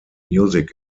music